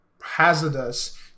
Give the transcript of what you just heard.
hazardous